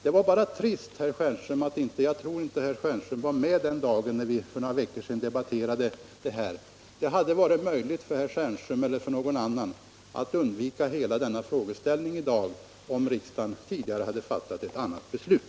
Jag tror inte att herr Stjernström var med den dag för några veckor sedan då vi debatterade denna fråga, och det är trist, för då hade det varit möjligt för herr Stjernström eller för någon annan att undvika hela detta problem i dag genom att ha medverkat till att riksdagen fattade ett annat beslut.